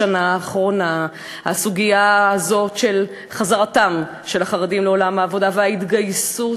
בשנה האחרונה הסוגיה הזאת של חזרתם של החרדים לעולם העבודה וההתגייסות